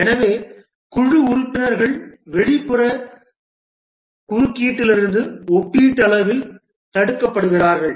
எனவே குழு உறுப்பினர்கள் வெளிப்புற குறுக்கீட்டிலிருந்து ஒப்பீட்டளவில் தடுக்கப்படுகிறார்கள்